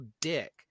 dick